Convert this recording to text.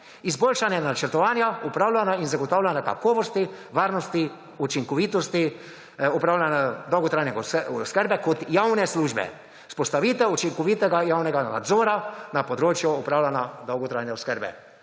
izboljšanje načrtovanja, upravljanja in zagotavljanja kakovosti, varnosti učinkovitosti upravljanja dolgotrajne oskrbe kot javne službe, vzpostavitev učinkovitega javnega nadzora na področju upravljanja dolgotrajne oskrbe.